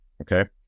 Okay